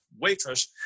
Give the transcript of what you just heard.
waitress